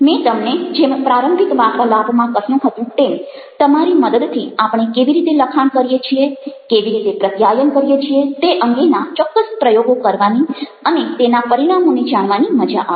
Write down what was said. મેં તમને જેમ પ્રારંભિક વાર્તાલાપમાં કહ્યું હતું તેમ તમારી મદદથી આપણે કેવી રીતે લખાણ કરીએ છીએ કેવી રીતે પ્રત્યાયન કરીએ છીએ તે અંગેના ચોક્કસ પ્રયોગો કરવાની અને તેના પરિણામોને જાણવાની મજા આવશે